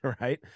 right